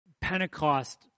Pentecost